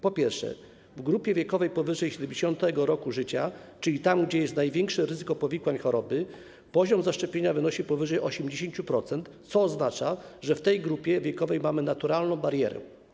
Po pierwsze, w grupie wiekowej powyżej 70. roku życia, czyli w tej, gdzie jest największe ryzyko powikłań choroby, poziom zaszczepienia wynosi powyżej 80%, co oznacza, że w tej grupie wiekowej mamy naturalną barierę.